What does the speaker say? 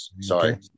Sorry